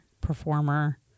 performer